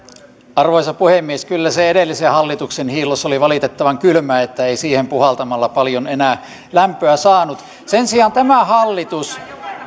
arvoisa puhemies kyllä se edellisen hallituksen hiillos oli valitettavan kylmä niin että ei siihen puhaltamalla paljon enää lämpöä saanut sen sijaan tämä hallitus